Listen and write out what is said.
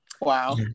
Wow